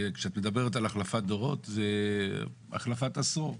כשאת מדברת על החלפת דורות זו החלפת עשור.